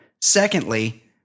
Secondly